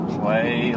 play